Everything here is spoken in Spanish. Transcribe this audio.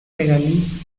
regaliz